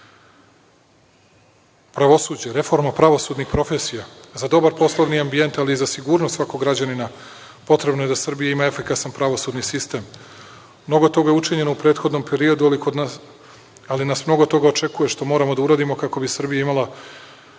država. Pravosuđe. Reforma pravosudnih profesija, za dobar poslovni ambijent, ali i za sigurnost svakog građanina potrebno je da Srbija ima efikasan pravosudni sistem. Mnogo toga je učinjeno u prethodnom periodu, ali nas mnogo toga očekuje što moramo da uradimo kako bi Srbija imala